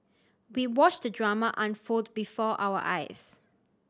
we watched the drama unfold before our eyes